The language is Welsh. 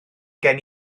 gen